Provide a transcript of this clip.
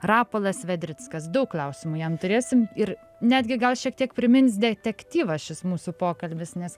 rapolas vedrickas daug klausimų jam turėsim ir netgi gal šiek tiek primins detektyvą šis mūsų pokalbis nes